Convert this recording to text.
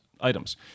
items